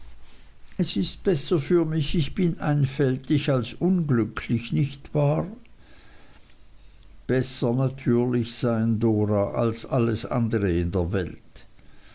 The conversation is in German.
es ist besser für mich ich bin einfältig als unglücklich nicht wahr besser natürlich sein dora als alles andere in der welt